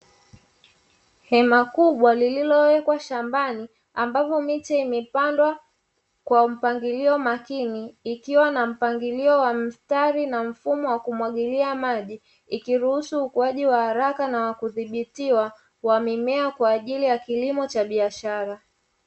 Hema kubwa lililowekwa shambani ambapo miti imepandwa kwa mpangilio makini, ikiwa na mpangilio wa mstari na mfumo wa kumwagilia maji ikiruhusu ukuaji wa haraka na kudhibitiwa wa mimea kwa ajili ya kilimo cha biashara.